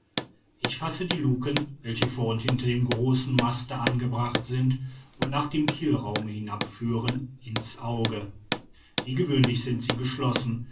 ich fasse die luken welche vor und hinter dem großen maste angebracht sind und nach dem kielraume hinabführen in's auge wie gewöhnlich sind sie geschlossen